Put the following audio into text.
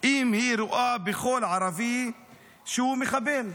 אם היא רואה בכל ערבי שהוא מחבל?